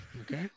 Okay